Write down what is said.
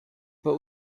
but